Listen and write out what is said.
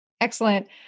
Excellent